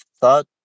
thought